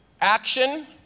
action